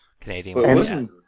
Canadian